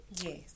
Yes